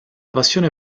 passione